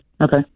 Okay